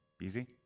Easy